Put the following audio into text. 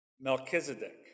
Melchizedek